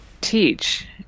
teach